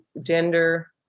gender